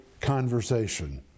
conversation